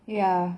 ya